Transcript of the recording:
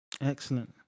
Excellent